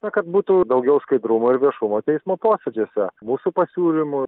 na kad būtų daugiau skaidrumo ir viešumo teismo posėdžiuose mūsų pasiūlymų